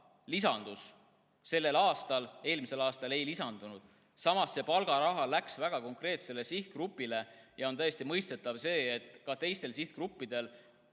lisandus, eelmisel aastal ei lisandunud. Samas, see palgaraha läks väga konkreetsele sihtgrupile, ja on täiesti mõistetav, et ka teiste sihtgruppide